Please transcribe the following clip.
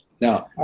Now